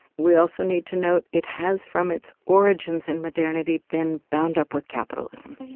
we also need to note it has from its origins in modernity been bound up with capitalism.